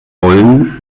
wollen